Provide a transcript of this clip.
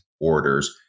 orders